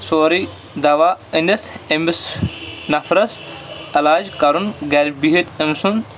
سورُے دَوا أنِتھ أمِس نَفرَس علاج کَرُن گَرِ بِہِتھ أمۍ سُنٛد